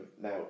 now